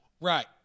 Right